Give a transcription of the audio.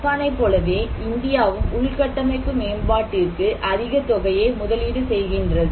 ஜப்பானை போலவே இந்தியாவும் உள்கட்டமைப்பு மேம்பாட்டிற்கு அதிக தொகையை முதலீடு செய்கின்றது